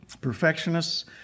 perfectionists